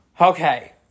Okay